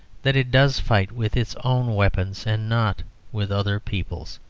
that it does fight with its own weapons and not with other people's.